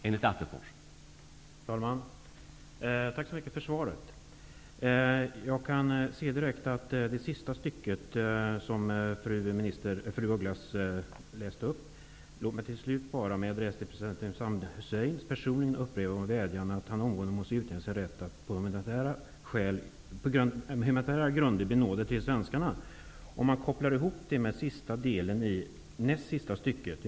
Herr talman! Tack så mycket för svaret! Låt mig direkt koppla samman det som anfördes i det sista stycket med den sista meningen i näst sista stycket: ''Låt mig bara till slut, med adress till president Saddam Hussein personligen, upprepa våra vädjanden att han omgående måtte utnyttja sin rätt att på humanitära grunder benåda de tre svenskarna.''